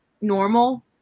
normal